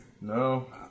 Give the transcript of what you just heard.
no